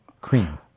cream